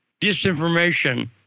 disinformation